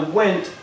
went